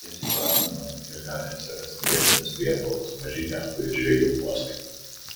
jas įprasminant ir gali atsirasti geresnės prieplaukos maži jachtų ir žvejų uostai